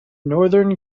northern